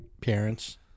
parents